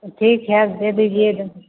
ठीक है दे दीजियेगा